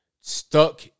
stuck